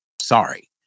sorry